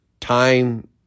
Time